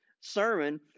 sermon